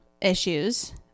issues